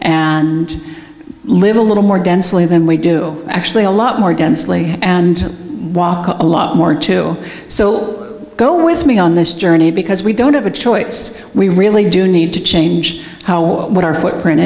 and live a little more densely than we do actually a lot more densely and a lot more to so go with me on this journey because we don't have a choice we really do need to change how or what our footprint